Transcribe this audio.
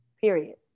period